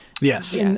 Yes